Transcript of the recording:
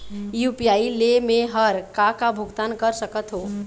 UPI ले मे हर का का भुगतान कर सकत हो?